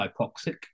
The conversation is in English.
hypoxic